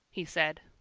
he said,